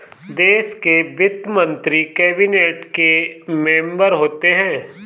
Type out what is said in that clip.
देश के वित्त मंत्री कैबिनेट के मेंबर होते हैं